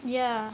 ya